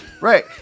right